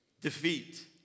Defeat